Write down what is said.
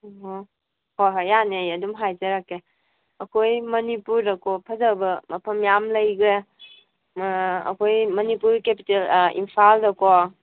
ꯑꯣ ꯍꯣꯏ ꯍꯣꯏ ꯌꯥꯅꯤ ꯑꯩ ꯑꯗꯨꯝ ꯍꯥꯏꯖꯔꯛꯀꯦ ꯑꯩꯈꯣꯏ ꯃꯅꯤꯄꯨꯔꯗꯀꯣ ꯐꯖꯕ ꯃꯐꯝ ꯌꯥꯝ ꯂꯩꯈ꯭ꯔꯦ ꯑꯩꯈꯣꯏ ꯃꯅꯤꯄꯨꯔ ꯀꯦꯄꯤꯇꯦꯜ ꯏꯝꯐꯥꯜꯗꯀꯣ